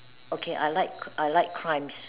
okay I like I like crimes